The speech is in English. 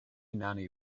nanny